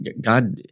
God